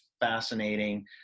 fascinating